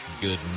good